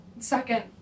Second